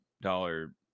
dollar